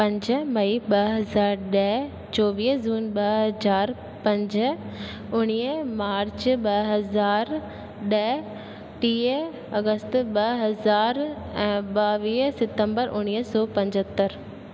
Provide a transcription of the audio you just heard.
पंज मई ॿ हज़ार ॾ चोवीअ ज़ून ॿ हज़ार पंज उणिवीह मार्च ॿ हज़ार ॾह टीह अगस्त ॿ हज़ार ऐं ॿावीअ सितम्बर उणिवीह सौ पंजहतरि